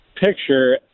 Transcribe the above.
picture